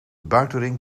buitenring